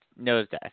nosedive